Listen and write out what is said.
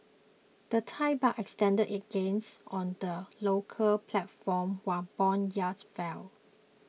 the Thai Baht extended its gains on the local platform while bond yields fell